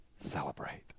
celebrate